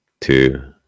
two